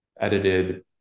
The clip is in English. edited